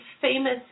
famous